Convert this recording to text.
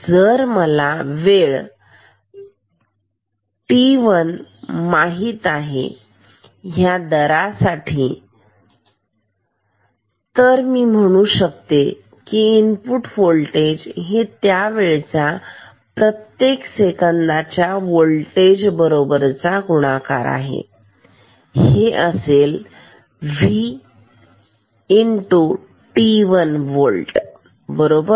जर मला वेळ माहित आहे ह्या दरासाठी तर मी म्हणू शकते की इनपुट होल्टेज हे त्या वेळेचा प्रत्येक सेकंदाच्या वोल्टेज बरोबरचा गुणाकार आहे हे आहे v t 1 होल्ट बरोबर